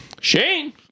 Shane